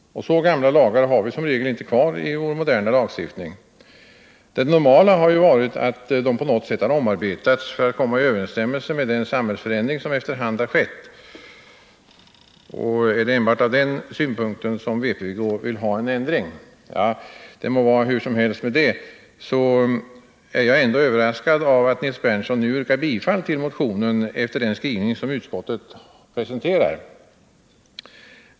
Så gamla lagar har vi som regel inte kvar i vår moderna lagstiftning. Det normala har varit att de på något sätt har omarbetats för att komma i överensstämmelse med det samhälle som efter hand har ändrats. Är det enbart av detta skäl som vpk vill ha en ändring? Det må vara hur som helst med det, jag är ändå överraskad av att Nils Berndtson nu yrkar bifall till motionen efter den skrivning som utskottet presenterar.